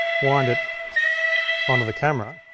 wind it onto the camera.